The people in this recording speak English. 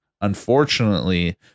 Unfortunately